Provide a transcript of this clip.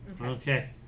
Okay